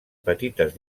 petites